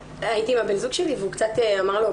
הייתי עם הבן זוג שלי והוא קצת אמר לו,